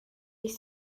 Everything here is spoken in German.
ich